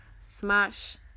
smash